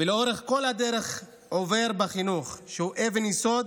ולאורך כל הדרך עובר בחינוך, שהוא אבן יסוד.